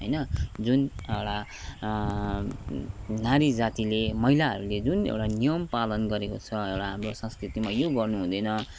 होइन जुन एउटा नारी जातिले महिलाहरूले जुन एउटा नियम पालन गरेको छ एउटा हाम्रो संस्कृतिमा यो गर्नु हुँदैन